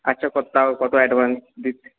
আচ্ছা কত তাও কত অ্যাডভান্স দিতে